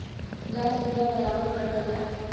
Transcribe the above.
घास पूरा बराबर कटला